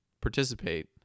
participate